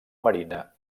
marina